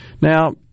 Now